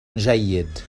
جيد